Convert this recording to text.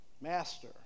Master